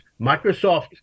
Microsoft